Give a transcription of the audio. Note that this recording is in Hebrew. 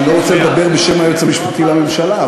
אני לא רוצה לדבר בשם היועץ המשפטי לממשלה,